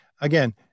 Again